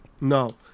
no